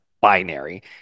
binary